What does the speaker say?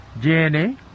Jenny